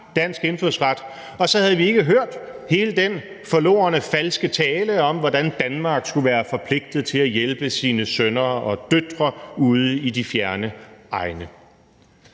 dansk indfødsret, og så havde vi ikke hørt hele den forlorne falske tale om, hvordan Danmark skulle være forpligtet til at hjælpe sine sønner og døtre ude i de fjerne egne.